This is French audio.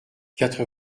quatre